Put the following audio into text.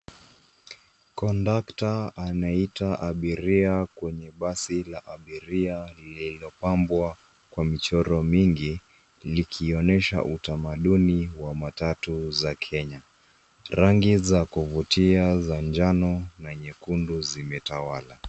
Kondakta anaita abiria kwenye basi la abiria lililobambwa kwa michoro mingi likiononyesha utamaduni wa matatu za Kenya. Rangi za kuvutia za njano na nyekundu zimetawala.